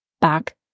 back